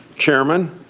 chairman,